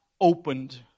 opened